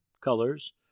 colors